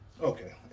Okay